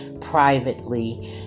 privately